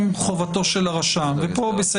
הם חובתו של הרשם, והצמצום פה בסדר.